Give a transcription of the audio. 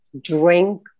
drink